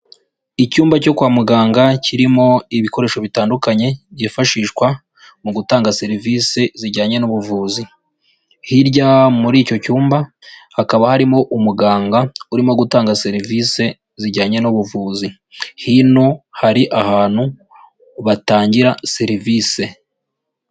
Icyumba cyo kwa muganga kirimo ibikoresho bitandukanye byifashishwa mu gutanga serivisi zijyanye n'ubuvuzi, hirya muri icyo cyumba hakaba harimo umuganga urimo gutanga serivisi zijyanye n'ubuvuzi, hino hari ahantu batangira serivisi.